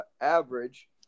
Average